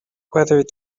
whether